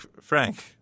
Frank